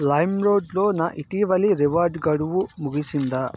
LimeRoad లో నా ఇటీవలి రివార్డ్ గడువు ముగిసిందా